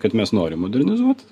kad mes norim modernizuot